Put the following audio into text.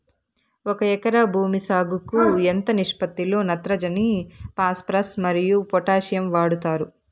ఒక ఎకరా భూమి సాగుకు ఎంత నిష్పత్తి లో నత్రజని ఫాస్పరస్ మరియు పొటాషియం వాడుతారు